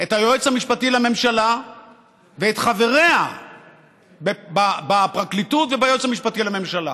את היועץ המשפטי לממשלה ואת חבריה בפרקליטות וביועץ המשפטי לממשלה.